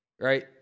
right